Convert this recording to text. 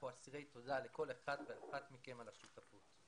אנחנו אסירי תודה לכל אחד ואחת מכם על השותפות.